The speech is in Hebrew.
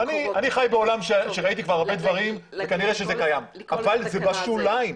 אני חי בעולם שראיתי כבר הרבה דברים וכנראה שזה קיים אבל זה בשוליים.